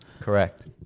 Correct